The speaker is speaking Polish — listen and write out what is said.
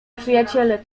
przyjaciele